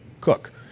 cook